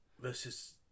Versus